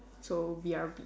so we are B